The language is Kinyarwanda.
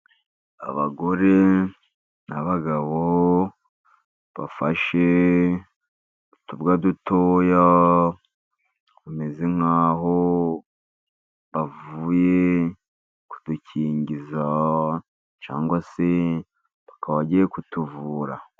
Abagore n'abagabo bafashe utubwa dutoya, bameze nk'aho bavuye kudukingiza cyangwa se bakaba bagiye kutuvura.